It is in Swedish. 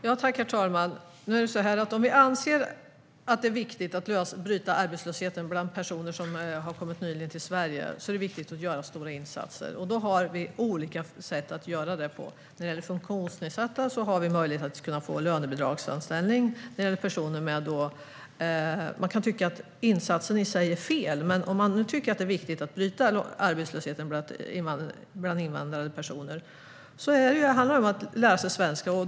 Herr talman! Om vi anser att det är viktigt att bryta arbetslösheten bland personer som nyligen har anlänt till Sverige är det viktigt att göra stora insatser. Det finns olika sätt att göra det på. För funktionsnedsatta finns lönebidragsanställning. Man kan tycka att insatsen i sig är fel, men om det är viktigt att bryta arbetslösheten bland invandrade personer handlar det om att lära sig svenska.